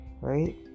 Right